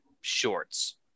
shorts